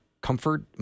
comfort